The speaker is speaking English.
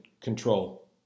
control